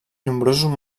nombrosos